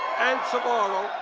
and tomorrow,